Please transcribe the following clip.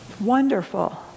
Wonderful